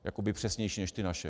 Jakoby přesnější než ty naše.